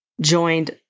joined